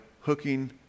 hooking